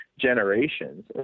generations